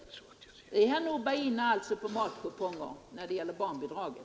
Är herr Nordberg alltså inne på tanken om matkuponger när det gäller barnbidraget?